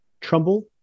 Trumbull